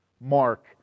Mark